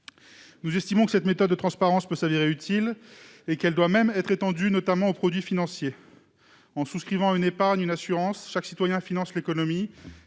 Nous estimons que cette méthode de transparence peut s'avérer utile et qu'elle doit même être étendue, notamment aux produits financiers. En souscrivant un contrat d'épargne ou d'assurance, les citoyens financent l'économie